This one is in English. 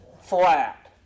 Flat